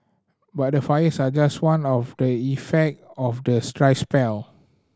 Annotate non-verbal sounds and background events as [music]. but the fires are just one of the effect of the [unintelligible] dry spell